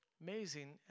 Amazing